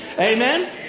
Amen